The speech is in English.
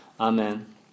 Amen